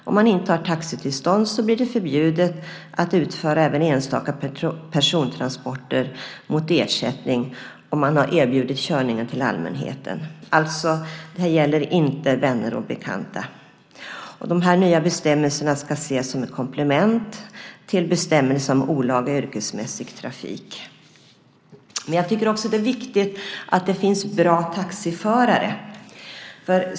Om man inte har taxitillstånd blir det förbjudet att utföra även enstaka persontransporter mot ersättning om man har erbjudit körningar till allmänheten. Det gäller alltså inte vänner och bekanta. De nya bestämmelserna ska ses som ett komplement till bestämmelsen om olaga yrkesmässig trafik. Jag tycker att det är viktigt att det finns bra taxiförare.